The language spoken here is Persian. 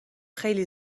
خیلی